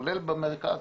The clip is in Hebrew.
כולל במרכז.